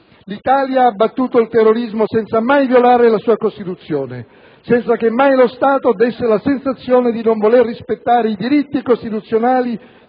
L'Italia ha battuto il terrorismo senza mai violare la sua Costituzione, senza che mai lo Stato desse la sensazione di non voler rispettare i diritti costituzionali,